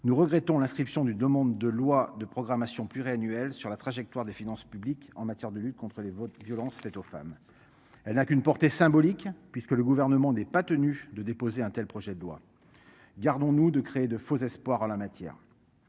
Nous regrettons l'inscription du demande de loi de programmation pluriannuelle sur la trajectoire des finances publiques en matière de lutte contre les votes. Violences faites aux femmes. Elle n'a qu'une portée symbolique puisque le gouvernement n'est pas tenu de déposer un tel projet de loi. Gardons-nous de créer de faux espoirs en la matière.